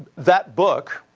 that book,